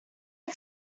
are